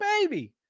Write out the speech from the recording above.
baby